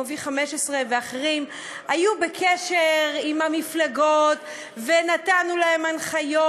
V15 ואחרים היו בקשר עם המפלגות ונתנו להם הנחיות,